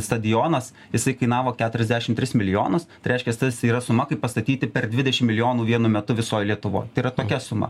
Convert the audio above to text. stadionas jisai kainavo keturiasdešimt tris milijonus tai reiškias tas yra suma kaip pastatyti per dvidešimt milijonų vienu metu visoj lietuvoj tai yra tokia suma